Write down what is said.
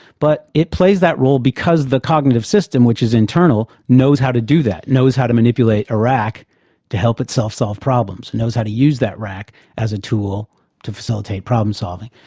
but it plays that role because the cognitive system, which is internal, knows how to do that, knows how to manipulate a rack to help itself solve problems, and knows how to use that rack as a tool to facilitate problem solving.